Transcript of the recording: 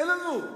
אין לנו,